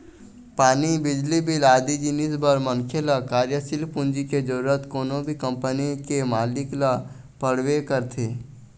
पानी, बिजली बिल आदि जिनिस बर मनखे ल कार्यसील पूंजी के जरुरत कोनो भी कंपनी के मालिक ल पड़बे करथे